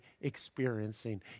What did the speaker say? experiencing